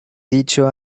dicho